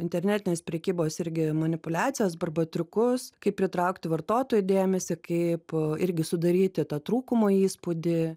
internetinės prekybos irgi manipuliacijas arba triukus kaip pritraukti vartotojų dėmesį kaip irgi sudaryti tą trūkumo įspūdį